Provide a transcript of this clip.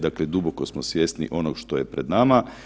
Dakle, duboko smo svjesni onog što je pred nama.